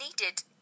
needed